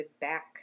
back